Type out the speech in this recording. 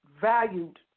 valued